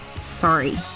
Sorry